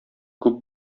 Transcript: күп